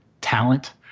talent